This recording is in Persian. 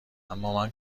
امامن